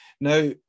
Now